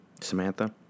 Samantha